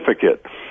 certificate